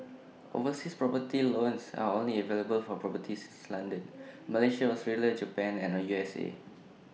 overseas property loans are only available for properties in London Malaysia Australia Japan and U S A